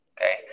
Okay